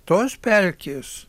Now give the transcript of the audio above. tos pelkės